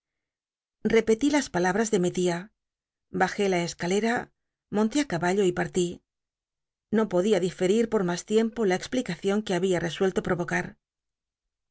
las palabras de mi tia bajé la escalera monté i caballo y partí no podia diferit por mas tiempo la explicación que había resuelto provocar